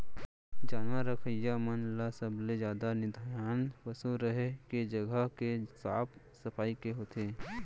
जानवर रखइया मन ल सबले जादा धियान पसु रहें के जघा के साफ सफई के होथे